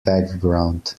background